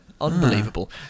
Unbelievable